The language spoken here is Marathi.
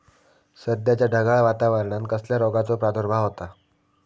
सध्याच्या ढगाळ वातावरणान कसल्या रोगाचो प्रादुर्भाव होता?